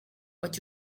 but